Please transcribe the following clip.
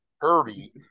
herbie